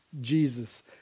Jesus